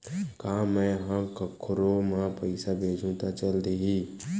का मै ह कोखरो म पईसा भेजहु त चल देही?